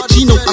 Gino